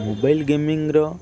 mobile ଗେମିଂର